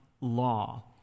law